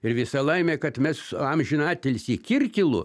ir visa laimė kad mes amžiną atilsį kirkilu